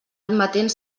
admetent